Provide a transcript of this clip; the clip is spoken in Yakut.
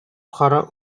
хара